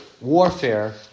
warfare